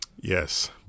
Yes